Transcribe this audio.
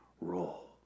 role